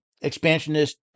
expansionist